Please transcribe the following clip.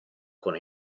con